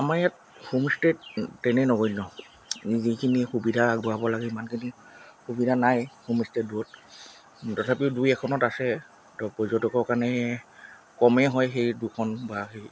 আমাৰ ইয়াত হোমষ্টে তেনেই নগন্য যিখিনি সুবিধা আগবঢ়াব লাগে সিমানখিনি সুবিধা নাই হোমষ্টে দূৰত তথাপিও দুই এখনত আছে তো পৰ্যটকৰ কাৰণে কমেই হয় সেই দুখন বা সেই